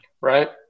Right